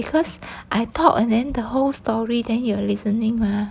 because I talked and then the whole story then you are listening mah